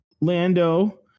Lando